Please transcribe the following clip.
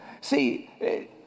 See